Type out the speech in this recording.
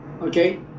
okay